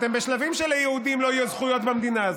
אתם בשלבים שליהודים לא יהיו זכויות במדינה הזאת,